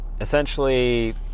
Essentially